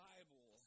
Bible